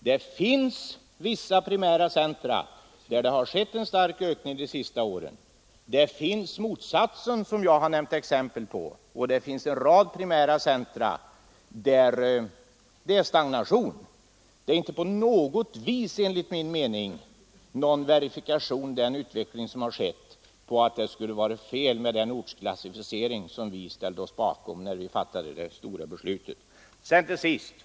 Det finns vissa primära centra där det har skett en stark ökning de senaste åren, det finns motsatsen som jag har nämnt exempel på, och det finns en rad primära centra där det är stagnation. Den utveckling som har skett verifierar inte på något sätt uppfattningen att den ortsklassificering som vi ställde oss bakom när vi fattade det stora beslutet skulle vara felaktig.